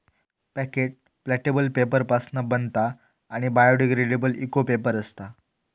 packet प्लॅटेबल paper पासना बनता आणि बायोडिग्रेडेबल इको पेपर असता